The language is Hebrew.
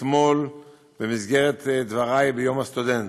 אתמול בדברי ביום הסטודנט,